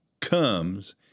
comes